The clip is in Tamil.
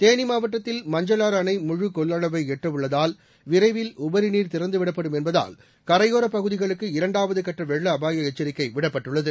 தேனி மாவட்டத்தில் மஞ்சளாறு அணை முழு கொள்ளளவை எட்ட உள்ளதால் விரைவில் உபரி நீர் திறந்து விடப்படும் என்பதால் கரையோரப் பகுதிகளுக்கு இரண்டாவது கட்ட வெள்ள அபாய எச்சரிக்கை விடப்பட்டுள்ளது